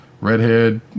redhead